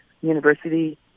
University